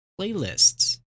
playlists